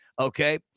Okay